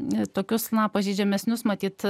ne tokius na pažeidžiamesnius matyt